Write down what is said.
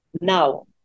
Now